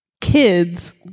kids